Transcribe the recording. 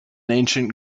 ancient